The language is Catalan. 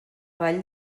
vall